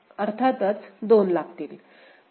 अर्थातच दोन लागतील